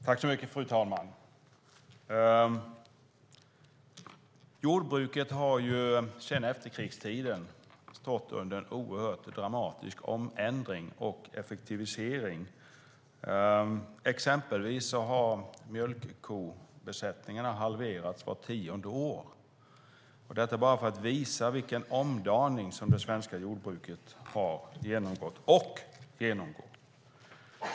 Fru talman! Jordbruket har sedan efterkrigstiden genomgått en dramatisk omändring och effektivisering. Exempelvis har antalet mjölkkobesättningar halverats vart tionde år. Detta säger jag för att visa vilken omdaning det svenska jordbruket har genomgått och genomgår.